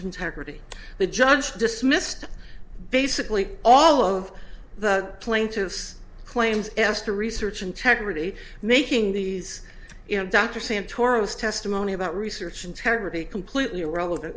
integrity the judge dismissed basically all of the plaintiff's claims as to research integrity making these you know dr santoro's testimony about research integrity completely irrelevant